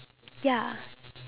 ya